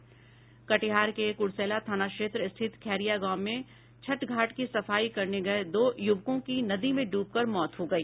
कटिहार के कुर्सेला थाना क्षेत्र स्थित खेरिया गांव में छठ घाट की सफाई करने गए दो युवकों की नदी में डूबकर मौत हो गई